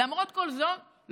למרות כל זאת,